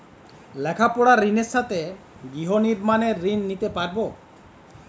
লেখাপড়ার ঋণের সাথে গৃহ নির্মাণের ঋণ নিতে পারব?